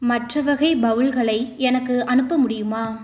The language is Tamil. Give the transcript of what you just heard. மற்ற வகை பவுல்களை எனக்கு அனுப்ப முடியுமா